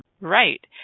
Right